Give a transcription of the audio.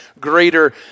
greater